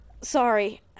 Sorry